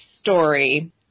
story